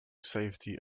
safety